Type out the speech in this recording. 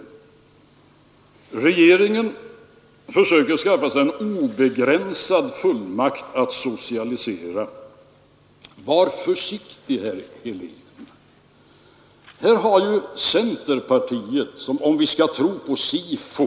Han säger att regeringen Allmänna pensionsförsöker skaffa sig en obegränsad fullmakt att socialisera. Var försiktig, fondens förvaltning, herr Helén. Här har ju centerpartiet som — om vi skall tro på SIFO —=”.